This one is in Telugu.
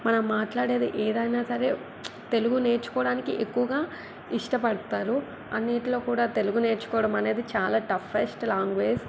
మనం మాట్లాడేది ఏదైనా సరే తెలుగు నేర్చుకోవడానికి ఎక్కువగా ఇష్టపడతారు అన్నిటిలో కూడా తెలుగు నేర్చుకోవడం అనేది చాలా టఫ్ఫెస్ట్ లాంగ్వేజ్